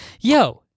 Yo